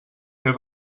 fer